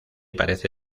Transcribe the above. parece